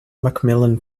macmillan